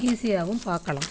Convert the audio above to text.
ஈஸியாகவும் பார்க்கலாம்